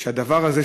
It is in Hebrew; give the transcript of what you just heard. שהדבר הזה,